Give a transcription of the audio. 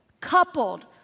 coupled